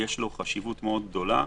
יש לו חשיבות מאוד גדולה,